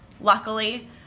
luckily